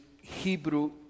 Hebrew